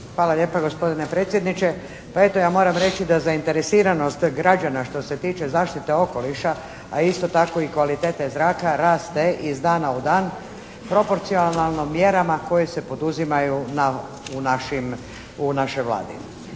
Hvala lijepa gospodine predsjedniče. Pa eto, ja moram reći da zainteresiranost građana što se tiče zaštite okoliša a isto tako i kvalitete zraka raste iz dana u dan proporcionalno mjerama koje se poduzimaju u našoj Vladi.